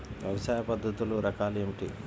వ్యవసాయ పద్ధతులు రకాలు ఏమిటి?